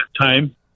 time